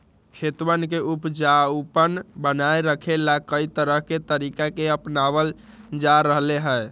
खेतवन के उपजाऊपन बनाए रखे ला, कई तरह के तरीका के अपनावल जा रहले है